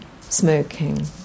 smoking